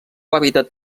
hàbitat